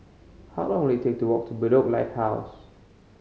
how long will it take to walk to Bedok Lighthouse